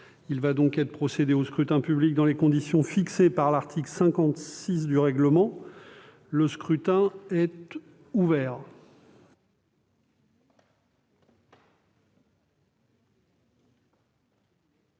Il va être procédé au scrutin dans les conditions fixées par l'article 56 du règlement. Le scrutin est ouvert.